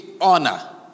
honor